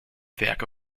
werke